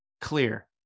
clear